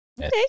okay